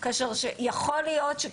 אחד הדברים שהמשרד עשה,